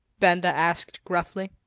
benda asked gruffly.